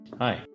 Hi